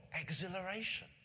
exhilaration